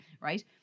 right